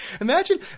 Imagine